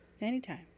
Anytime